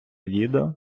відео